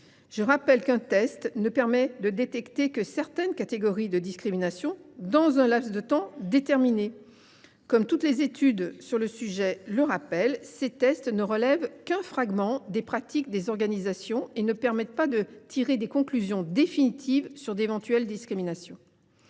Je rappelle qu’un test ne permet de détecter que certaines catégories de discrimination dans un laps de temps déterminé. Comme toutes les études sur le sujet le rappellent, ces tests ne révèlent qu’un fragment des pratiques des organisations et ne permettent pas de tirer des conclusions définitives quant à d’éventuelles discriminations.